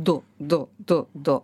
du du du du